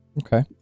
Okay